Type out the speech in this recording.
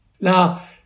Now